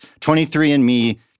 23andMe